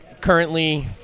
currently